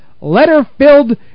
letter-filled